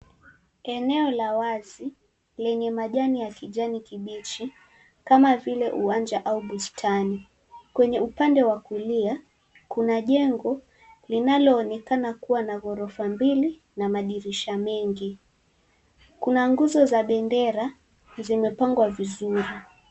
Eneo la wazi lenye majani ya kijani kibichi kama vile uwanja au bustani. Kwenye upande wa kulia kuna jengo linaloonekana kuwa na ghorofa mbili na madirisha mengi. Kuna nguzo za bendera zimepangwa vizuri.